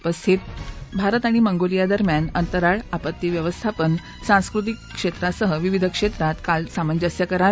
उपस्थित भारत आणि मंगोलिया दरम्यान अंतराळ आपत्ती व्यवस्थापन सांस्कृतिक क्षेत्रासह विविध क्षेत्रात काल सामंजस्य करार